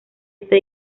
esta